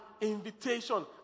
invitation